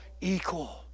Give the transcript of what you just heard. equal